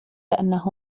أنه